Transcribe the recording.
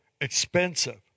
expensive